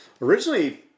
originally